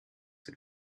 had